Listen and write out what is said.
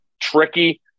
tricky